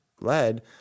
lead